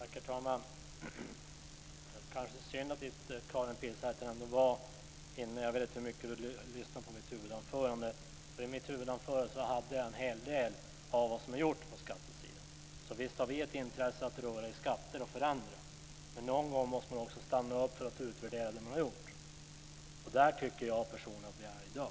Herr talman! Det var kanske ändå synd att Karin Pilsäter inte var inne i kammaren. Jag vet inte hur mycket hon lyssnade på mitt huvudanförande. Där sade jag en hel del om vad som är gjort på skattesidan. Så visst har vi ett intresse av att röra i skatter och förändra. Men någon gång måste man också stanna upp och utvärdera det som man har gjort, och där tycker jag personligen att vi är i dag.